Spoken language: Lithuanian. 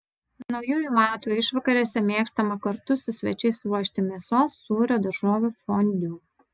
naujųjų metų išvakarėse mėgstama kartu su svečiais ruošti mėsos sūrio daržovių fondiu